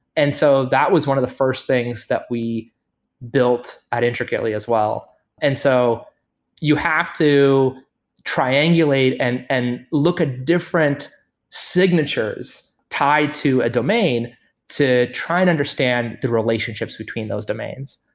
and so that was one of the first things that we built at intricately as well and so you have to triangulate and and look at different signatures tied to a domain to try and understand the relationships between those domains.